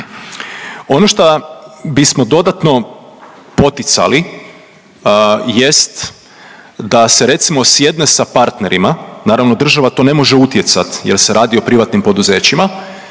Ono šta bismo dodatno poticali jest da se recimo sjedne sa partnerima. Naravno država to ne može utjecati jer se radi o privatnim poduzećima,